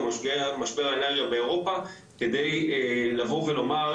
משבר האנרגיה באירופה כדי לבוא ולומר,